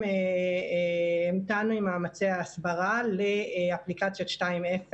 המתנו עם מאמצי ההסברה לאפליקציית 2.0,